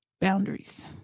boundaries